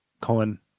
Cohen